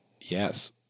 Yes